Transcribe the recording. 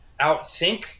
outthink